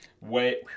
Wait